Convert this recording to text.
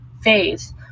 phase